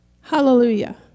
Hallelujah